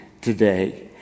today